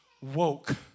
woke